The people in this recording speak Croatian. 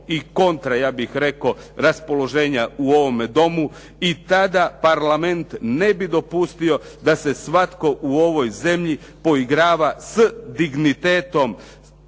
i kontra, ja bih rekao, raspoloženja u ovome Domu i tada Parlament ne bi dopustio da se svatko u ovoj zemlji poigrava s dignitetom